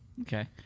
Okay